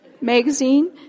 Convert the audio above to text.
magazine